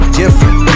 different